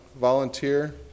volunteer